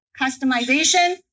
customization